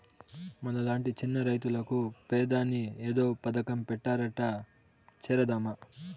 మనలాంటి చిన్న రైతులకు పెదాని ఏదో పథకం పెట్టారట చేరదామా